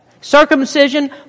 Circumcision